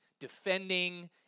defending